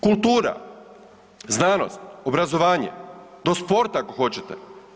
Kultura, znanost, obrazovanje, do sporta, ako hoćete.